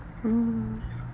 mm